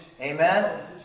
Amen